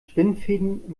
spinnenfäden